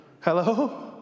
Hello